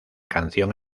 canción